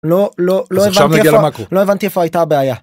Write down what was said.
לא לא לא הבנתי איפה הייתה הבעיה